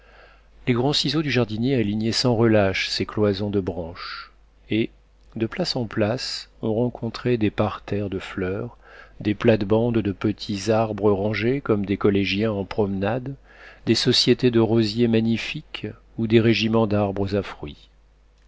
les grands ciseaux du jardinier alignaient sans relâche ces cloisons de branches et de place en place on rencontrait des parterres de fleurs des plates-bandes de petits arbres rangés comme des collégiens en promenade des sociétés de rosiers magnifiques ou des régiments d'arbres